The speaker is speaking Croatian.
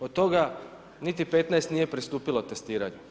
Od toga niti 15 nije pristupilo testiranju.